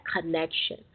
connection